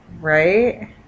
Right